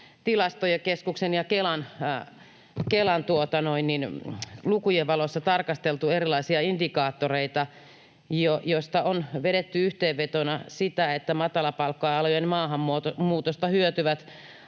Tilastokeskuksen ja Kelan lukujen valossa tarkasteltu erilaisia indikaattoreita, joista on vedetty yhteenvetona se, että matalapalkka-alojen maahanmuutosta hyötyvät